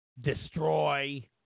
destroy